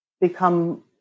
become